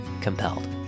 COMPELLED